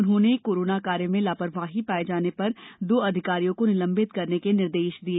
उन्होंने कोरोना कार्य में लापरवाही पाए जाने पर दो अधिकारियों को निलंबित करने के निर्देश दिए